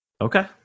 Okay